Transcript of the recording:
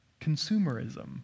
consumerism